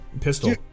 pistol